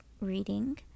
reading